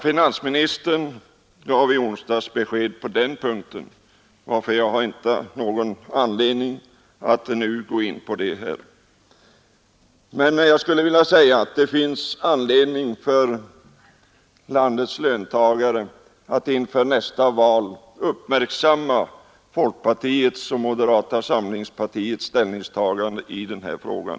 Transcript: Finansministern gav i onsdags besked på den punkten, varför jag inte har någon anledning att nu gå in på detta. Men jag skulle vilja säga att det finns anledning för landets löntagare att inför nästa val uppmärksamma folkpartiets och moderata samlingspartiets ställningstagande i denna fråga.